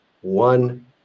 one